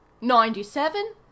ninety-seven